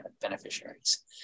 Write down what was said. beneficiaries